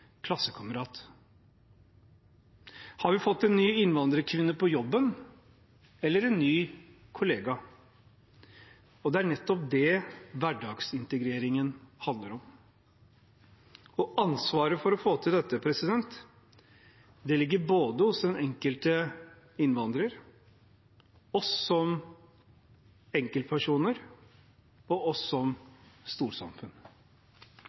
Har vi fått en ny innvandrerkvinne på jobben eller en ny kollega? Det er nettopp det hverdagsintegreringen handler om. Ansvaret for å få til dette ligger både hos den enkelte innvandrer, oss som enkeltpersoner og oss som storsamfunn.